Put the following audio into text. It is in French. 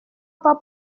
pas